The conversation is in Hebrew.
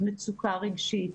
מצוקה רגשית,